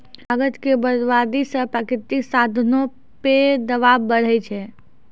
कागज के बरबादी से प्राकृतिक साधनो पे दवाब बढ़ै छै